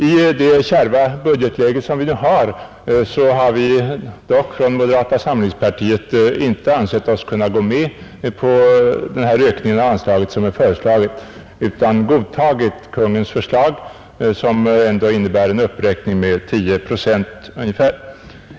I det kärva budgetläge som nu föreligger har vi dock i moderata samlingspartiet inte ansett oss kunna gå med på den ökning av anslaget som är föreslagen utan har godtagit Kungl. Maj:ts förslag, som ändå innebär en ökning med ungefär 10 procent.